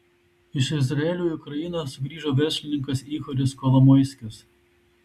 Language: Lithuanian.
iš izraelio į ukrainą sugrįžo verslininkas ihoris kolomoiskis